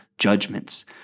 judgments